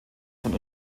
von